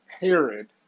Herod